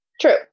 True